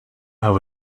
have